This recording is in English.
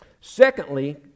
Secondly